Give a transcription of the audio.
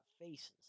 faces